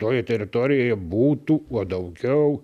toje teritorijoje būtų kuo daugiau